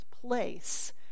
place